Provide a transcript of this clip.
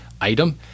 item